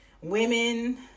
Women